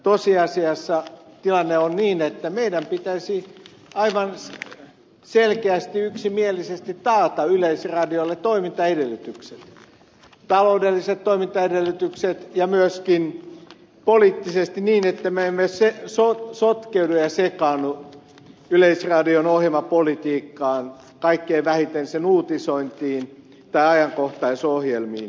tosiasiassa tilanne on niin että meidän pitäisi aivan selkeästi yksimielisesti taata yleisradiolle toimintaedellytykset taloudelliset toimintaedellytykset ja myöskin poliittisesti niin että me emme sotkeudu ja sekaannu yleisradion ohjelmapolitiikkaan kaikkein vähiten sen uutisointiin tai ajankohtaisohjelmiin